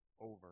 over